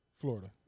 Florida